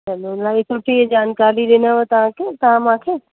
चलो इलाही सुठी जानकारी ॾिनव तव्हांखे तव्हां मूंखे